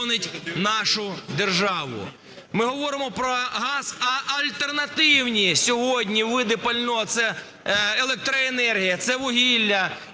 Ми говоримо про газ. А альтернативні сьогодні види пального? Це електроенергія, це вугілля.